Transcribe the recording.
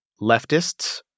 leftists